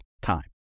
time